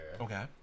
Okay